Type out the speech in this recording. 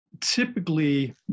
typically